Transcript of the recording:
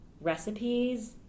recipes